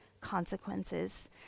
consequences